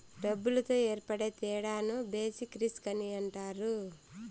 డబ్బులతో ఏర్పడే తేడాను బేసిక్ రిస్క్ అని అంటారు